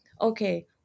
okay